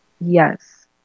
yes